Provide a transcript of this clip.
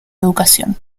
educación